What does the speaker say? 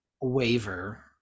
waiver